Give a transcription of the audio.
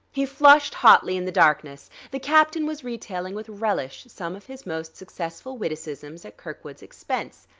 he flushed hotly in the darkness the captain was retailing with relish some of his most successful witticisms at kirkwood's expense.